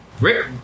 Rick